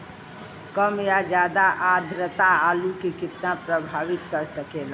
कम या ज्यादा आद्रता आलू के कितना प्रभावित कर सकेला?